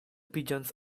pigeons